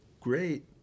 great